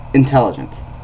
Intelligence